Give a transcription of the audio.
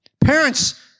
Parents